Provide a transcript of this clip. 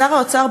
שר האוצר,